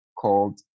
called